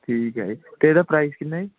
ਠੀਕ ਹੈ ਜੀ ਅਤੇ ਇਹਦਾ ਪ੍ਰਾਈਜ਼ ਕਿੰਨਾਂ